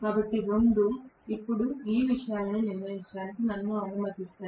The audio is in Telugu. కాబట్టి రెండూ ఇప్పుడు ఈ విషయాలను నిర్ణయించడానికి నన్ను అనుమతిస్తాయి